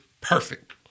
perfect